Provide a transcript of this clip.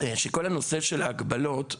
שכל הנושא של הגבלות,